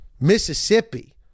Mississippi